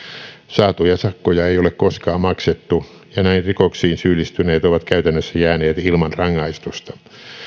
saatuja sakkoja ei ole koskaan maksettu ja näin rikoksiin syyllistyneet ovat käytännössä jääneet ilman rangaistusta